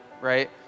right